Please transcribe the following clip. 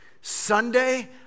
Sunday